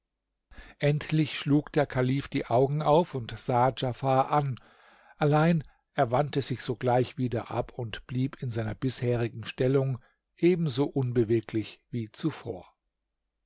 endlich schlug der kalif die augen auf und sah djafar an allein er wandte sich sogleich wieder ab und blieb in seiner bisherigen stellung ebenso unbeweglich wie zuvor